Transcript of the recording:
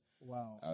wow